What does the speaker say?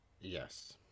Yes